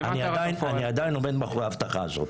אני עדיין עומד מאחורי ההבטחה הזאת.